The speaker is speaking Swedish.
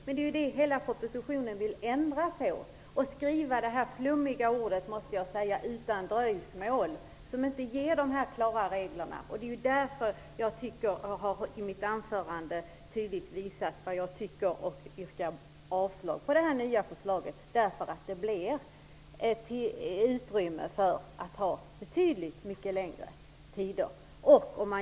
Men det är ju det man vill ändra på genom förslaget i propositionen och i stället skriva det flummiga "utan dröjsmål", som inte ger så här klara regler. I mitt anförande har jag tydligt visat vad jag tycker om att det genom förslaget blir möjlighet att ha betydligt längre tider och yrkat avslag på det förslaget.